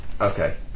Okay